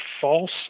false